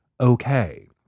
okay